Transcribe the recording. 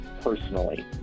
personally